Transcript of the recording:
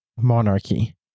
monarchy